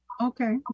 Okay